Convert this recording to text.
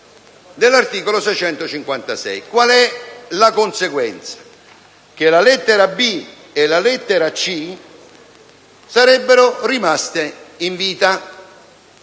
Qual è la conseguenza? Che la lettera *b)* e la lettera *c)* sarebbero rimaste in vita,